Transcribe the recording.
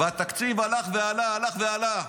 והתקציב הלך ועלה, הלך ועלה.